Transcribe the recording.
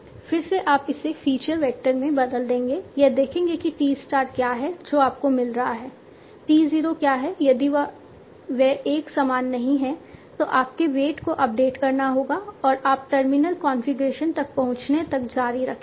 फिर से आप इसे फीचर वेक्टर में बदल देंगे यह देखेंगे कि t स्टार क्या है जो आपको मिल रहा है t 0 क्या है यदि वे एक समान नहीं है तो आपके वेट को अपडेट करना होगा और आप टर्मिनल कॉन्फ़िगरेशन तक पहुंचने तक जारी रखेंगे